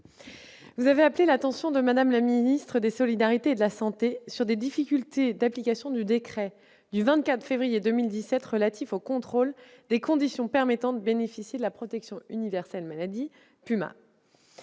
vous avez appelé l'attention de Mme la ministre des solidarités et de la santé sur des difficultés d'application du décret du 24 février 2017 relatif au contrôle des conditions permettant de bénéficier de la protection universelle maladie, dite